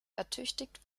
ertüchtigt